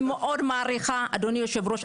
אני מאוד מעריכה את אדוני היושב ראש,